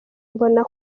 mbona